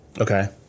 Okay